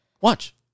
Watch